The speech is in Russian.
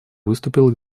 выступил